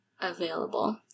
available